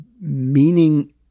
meaning